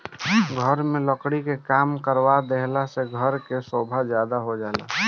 घर में लकड़ी के काम करवा देहला से घर के सोभा ज्यादे हो जाला